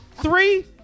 Three